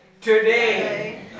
today